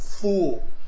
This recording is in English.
fool